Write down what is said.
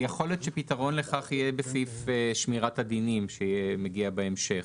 יכול להיות שפתרון לכך יהיה בסעיף שמירת הדינים שמגיע בהמשך.